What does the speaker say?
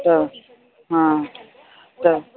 त हा त